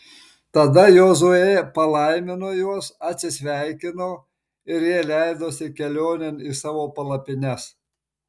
tada jozuė palaimino juos atsisveikino ir jie leidosi kelionėn į savo palapines